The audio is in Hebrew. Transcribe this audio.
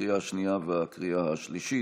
לקריאה השנייה ולקריאה השלישית.